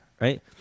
right